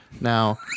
Now